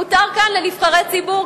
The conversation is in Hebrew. מותר כאן לנבחרי ציבור,